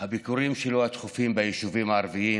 התכופים שלו ביישובים הערביים,